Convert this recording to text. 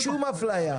שום אפליה.